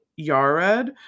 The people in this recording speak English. Yared